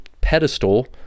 pedestal